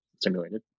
simulated